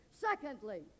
Secondly